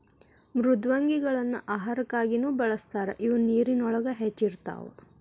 ಮೃದ್ವಂಗಿಗಳನ್ನ ಆಹಾರಕ್ಕಾಗಿನು ಬಳಸ್ತಾರ ಇವ ನೇರಿನೊಳಗ ಹೆಚ್ಚ ಇರತಾವ